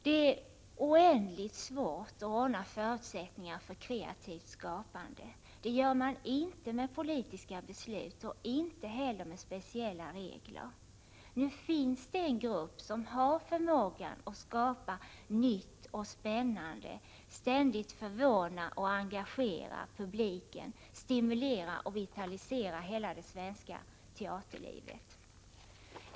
Det är oändligt svårt att ge förutsättningar för kreativt skapande. Det gör man inte med politiska beslut och inte heller genom speciella regler. Nu finns det en grupp som har förmågan att skapa nytt och spännande, att ständigt förvåna och engagera publiken och att stimulera och vitalisera hela det svenska teaterlivet.